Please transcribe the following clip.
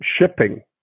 shipping